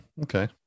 Okay